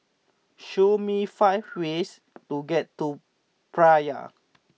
show me five ways to get to Praia